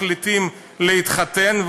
מחליטים להתחתן,